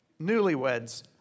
newlyweds